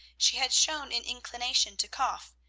she had shown an inclination to cough,